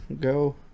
go